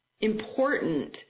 important